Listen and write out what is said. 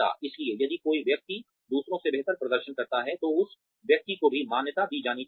इसलिए यदि कोई व्यक्ति दूसरों से बेहतर प्रदर्शन करता है तो उस व्यक्ति को भी मान्यता दी जानी चाहिए